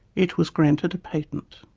it was granted a patent.